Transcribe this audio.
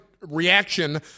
reaction